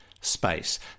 space